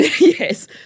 yes